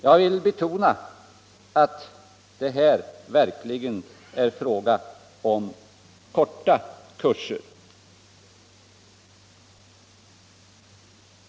Jag vill betona att det här verkligen är fråga om korta kurser.